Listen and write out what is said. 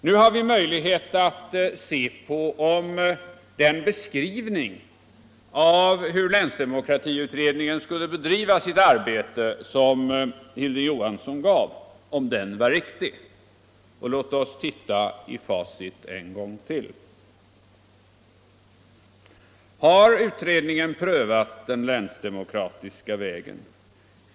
Nu har vi möjlighet att se om den beskrivning av hur länsdemokratiutredningen har bedrivit sitt arbete som Hilding Johansson gav var riktig. Låt oss titta i facit en gång till. Har utredningen prövat den länsdemokratiska vägen?